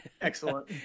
Excellent